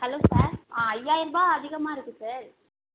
hello sir ஆ ஐயாயரூபா அதிகமாக இருக்கு சார்